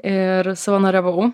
ir savanoriavau